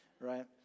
right